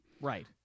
Right